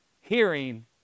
hearing